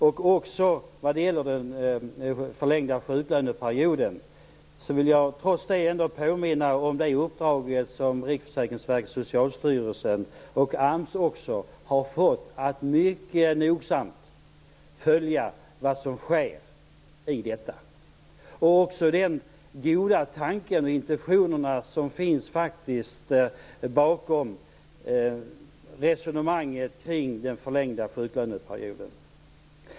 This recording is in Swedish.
Vad också gäller den förlängda sjuklöneperioden vill jag ändock påminna om det uppdrag som Riksförsäkringsverket, Socialstyrelsen och AMS har fått att mycket nogsamt följa vad som sker på detta område, liksom om den goda tanke och de goda intentioner som finns bakom resonemanget om den förlängda sjuklöneperioden.